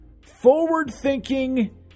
forward-thinking